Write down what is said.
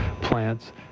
plants